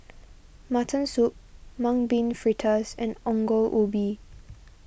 Mutton Soup Mung Bean Fritters and Ongol Ubi